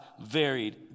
varied